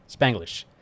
spanglish